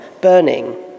burning